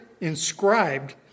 inscribed